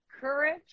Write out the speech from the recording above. courage